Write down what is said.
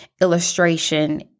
illustration